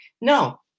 No